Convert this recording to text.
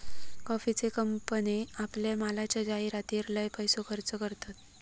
कॉफीचे कंपने आपल्या मालाच्या जाहीरातीर लय पैसो खर्च करतत